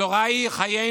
התורה היא חיינו,